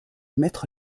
maître